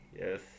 yes